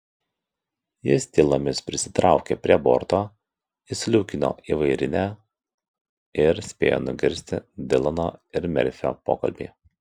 jis tylomis prisitraukė prie borto įsliūkino į vairinę ir spėjo nugirsti dilano ir merfio pokalbį